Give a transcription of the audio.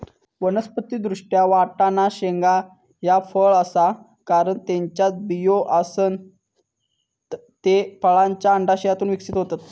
वनस्पति दृष्ट्या, वाटाणा शेंगा ह्या फळ आसा, कारण त्येच्यात बियो आसत, ते फुलांच्या अंडाशयातून विकसित होतत